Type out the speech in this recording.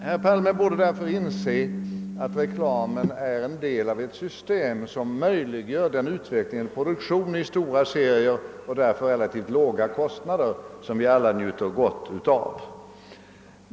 Herr Palme borde därför inse att reklamen är en del av ett system som möjliggör den produktion i stora serier — och därför till relativt låga kostnader — som vi alla njuter gott av.